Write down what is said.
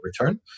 return